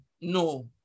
No